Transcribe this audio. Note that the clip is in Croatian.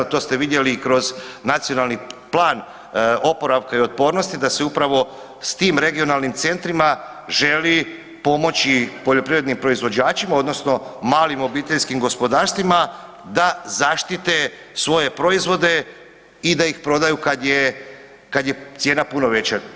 To ste vidjeli i kroz Nacionalni plan oporavka i otpornosti da se upravo s tim regionalnim centrima želi pomoći poljoprivrednim proizvođačima odnosno malim obiteljskim gospodarstvima da zaštite svoje proizvode i da ih prodaju kad je cijena puno veća.